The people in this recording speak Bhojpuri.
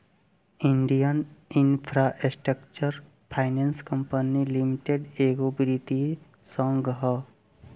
Indian infrastructure finance company limited एगो वित्तीय संस्था ह